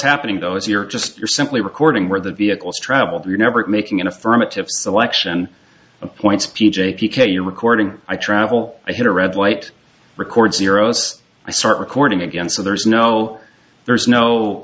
happening though is you're just you're simply recording where the vehicles traveled you never making an affirmative selection of points p j p k u recording i travel i had a red light record zeros i start recording again so there's no there's no